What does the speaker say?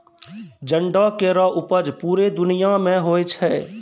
जंडो केरो उपज पूरे दुनिया म होय छै